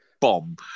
bomb